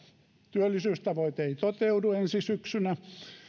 työllisyystavoite ei toteudu ensi syksynä että